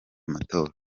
amatora